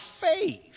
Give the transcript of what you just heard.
faith